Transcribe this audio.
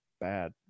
bad